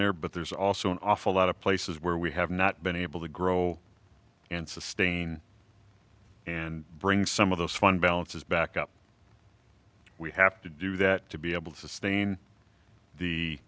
there but there's also an awful lot of places where we have not been able to grow and sustain and bring some of those fund balances back up we have to do that to be able to sustain the